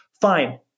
fine